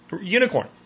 unicorn